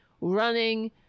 running